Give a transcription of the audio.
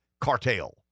cartel